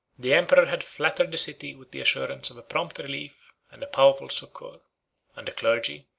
the emperor had flattered the city with the assurance of a prompt relief and a powerful succor and the clergy,